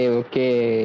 okay